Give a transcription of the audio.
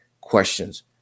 questions